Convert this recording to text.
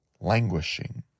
languishing